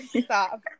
stop